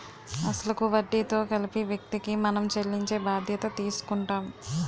అసలు కు వడ్డీతో కలిపి వ్యక్తికి మనం చెల్లించే బాధ్యత తీసుకుంటాం